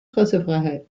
pressefreiheit